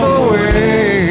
away